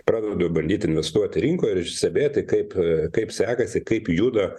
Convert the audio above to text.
pradedu bandyt investuoti rinkoje ir stebėti kaip kaip sekasi kaip juda